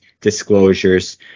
disclosures